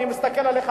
אני מסתכל עליך,